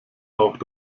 auch